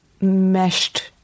meshed